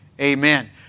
Amen